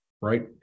right